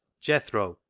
jethro,